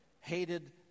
hated